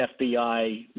FBI